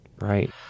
right